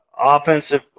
offensive